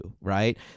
right